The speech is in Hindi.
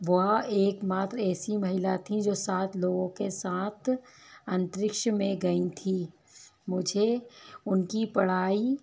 वे एक मात्र ऐसी महिला थीं जो सात लोगों के साथ अंतरिक्ष में गईं थी मुझे उनकी पढ़ाई